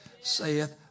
saith